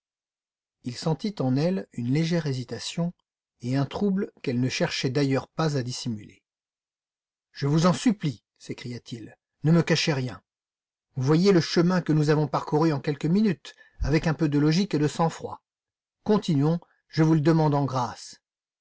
il sentit en elle une légère hésitation et un trouble qu'elle ne cherchait d'ailleurs pas à dissimuler je vous en supplie s'écria-t-il ne me cachez rien vous voyez le chemin que nous avons parcouru en quelques minutes avec un peu de logique et de sang-froid continuons je vous le demande en grâce